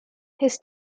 his